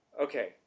okay